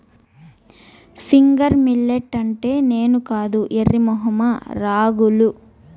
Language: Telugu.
ఫింగర్ మిల్లెట్ అంటే నేను కాదు ఎర్రి మొఖమా రాగులు